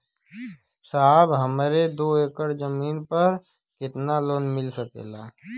साहब हमरे दो एकड़ जमीन पर कितनालोन मिल सकेला?